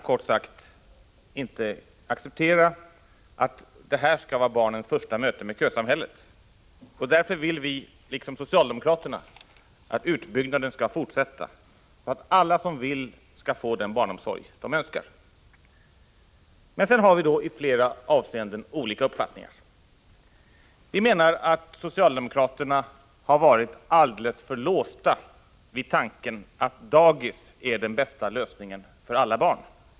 Kort sagt accepterar vi inte att det här skall vara barnens första möte med kösamhället, och därför vill vi liksom socialdemokraterna att utbyggnaden skall fortsätta så att alla som vill skall få den barnomsorg de önskar. Men sedan har vi i flera avseenden olika uppfattningar. Vi menar att socialdemokraterna har varit alldeles för låsta vid tanken att dagis är den bästa lösningen för alla barn.